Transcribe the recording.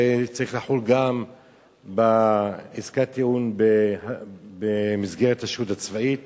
זה צריך לחול גם בעסקת טיעון במסגרת הצבאית